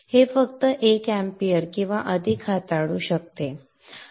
हे फक्त 1 amp किंवा अधिक हाताळू शकते